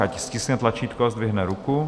Ať stiskne tlačítko a zdvihne ruku.